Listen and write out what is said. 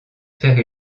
faire